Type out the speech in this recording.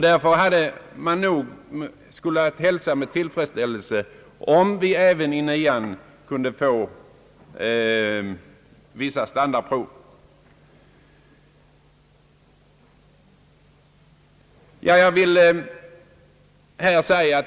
Därför skulle det hälsas med tillfredsställelse om vi även i nian kunde få vissa standardprov.